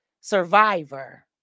survivor